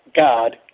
God